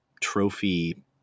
trophy –